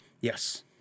Yes